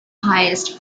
highest